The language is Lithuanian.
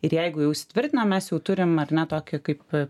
ir jeigu jau įsitvirtina mes jau turim ar ne tokį kaip